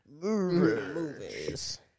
movies